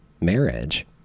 marriage